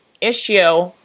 issue